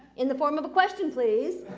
in the form of a question, please.